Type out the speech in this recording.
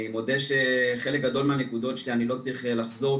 אני מודה שחלק גדול מהנקודות אני לא צריך לחזור,